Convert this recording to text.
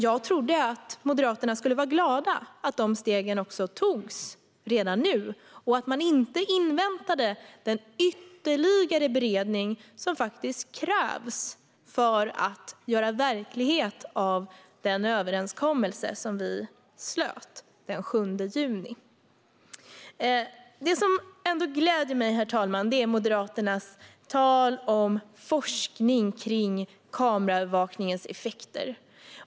Jag trodde att Moderaterna skulle vara glada över att de stegen tas redan nu och att man inte inväntar den ytterligare beredning som krävs för att göra verklighet av den överenskommelse som vi slöt den 7 juni. Herr talman! Det som ändå gläder mig är Moderaternas tal om forskning kring kameraövervakningens effekter.